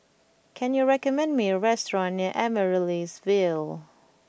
can you recommend me a restaurant near Amaryllis Ville